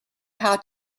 how